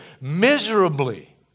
miserably